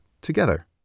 together